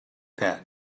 that